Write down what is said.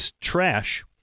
trash